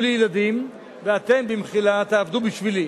יהיו לי ילדים, ואתם, במחילה, תעבדו בשבילי.